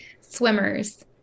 Swimmers